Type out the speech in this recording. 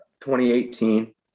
2018